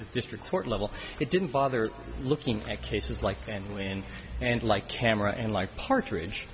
district court level it didn't bother looking at cases like that and when and like camera and like partridge